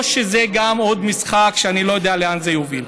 או שגם זה עוד משחק שאני לא יודע לאן יוביל?